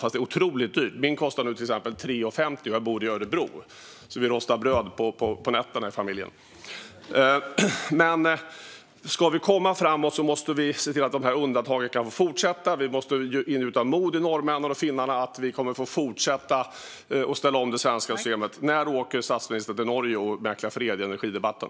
Men det blir otroligt dyrt; min el kostar till exempel 3,50 nu, och jag bor i Örebro. Min familj rostar därför bröd på nätterna just nu. Men ska vi komma framåt måste vi se till att de här undantagen kan fortsätta. Vi måste ingjuta mod i norrmännen och finnarna att vi kommer att få fortsätta ställa om det svenska systemet. När åker statsministern till Norge och mäklar fred i energidebatten?